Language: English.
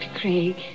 Craig